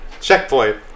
checkpoint